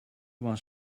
was